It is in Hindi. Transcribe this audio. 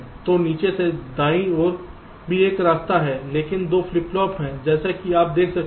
तो नीचे से दाईं ओर भी एक रास्ता है लेकिन 2 फ्लिप फ्लॉप हैं जैसा कि आप देख सकते हैं